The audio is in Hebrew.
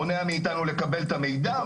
מונע מאיתנו לקבל את המידע,